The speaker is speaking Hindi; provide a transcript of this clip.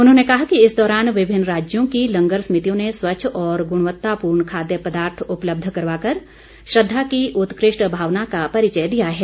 उन्होंने कहा कि इस दौरान विभिन्न राज्यों की लंगर समितियों ने स्वच्छ और ग्णवत्तापूर्ण खाद्य पदार्थ उपलब्ध करवाकर श्रद्धा की उत्कृष्ट भावना का परिचय दिया है